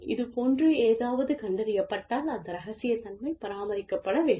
இதுபோன்ற ஏதாவது கண்டறியப்பட்டால் அந்த இரகசியத்தன்மை பராமரிக்கப்பட வேண்டும்